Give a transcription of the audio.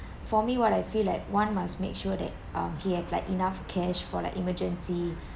for me what I feel like one must make sure that um he had like enough cash for like emergency